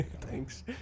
Thanks